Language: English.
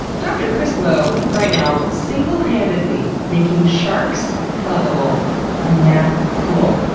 dr chris lowe, right now, singlehandedly making sharks lovable and math cool.